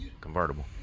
convertible